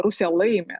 rusija laimi